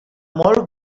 molt